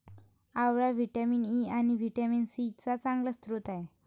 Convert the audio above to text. आवळा vitamin E आणि vitamin C चा चांगला स्रोत आहे